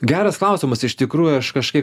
geras klausimas iš tikrųjų aš kažkaip